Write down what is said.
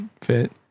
fit